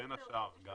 בין השאר.